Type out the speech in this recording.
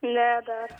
ne dar